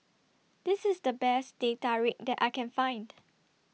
This IS The Best Teh Tarik that I Can Find